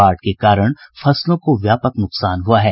बाढ़ के कारण फसलों को व्यापक नुकसान हुआ है